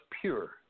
pure